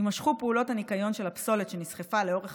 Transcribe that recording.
יימשכו פעולות הניקיון של הפסולת שנסחפה לאורך